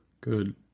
good